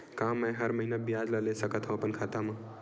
का मैं हर महीना ब्याज ला ले सकथव अपन खाता मा?